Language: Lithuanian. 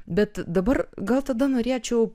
bet dabar gal tada norėčiau